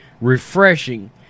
refreshing